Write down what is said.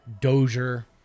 Dozier